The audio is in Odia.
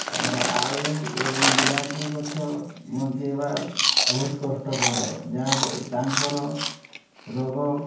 ଆମର ଆଳୁ ଏବଂ ବିଲାତି ଗଛ ବଞ୍ଚାଇବା ବହୁତ କଷ୍ଟକର ଯାହା ତାଙ୍କର ରୋଗ